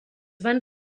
van